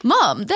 Mom